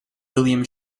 william